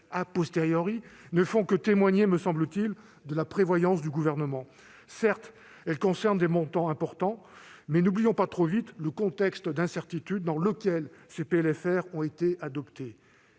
de constater, me semblent témoigner uniquement de la prévoyance du Gouvernement. Certes, elles concernent des montants importants, mais n'oublions pas trop vite le contexte d'incertitude dans lequel les PLFR ont été adoptés.